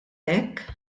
hekk